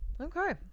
Okay